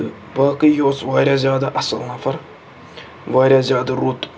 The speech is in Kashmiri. تہٕ باقٕے یہِ اوس وارِیاہ زیادٕ اَصٕل نفر وارِیاہ زیادٕ رُت